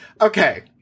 okay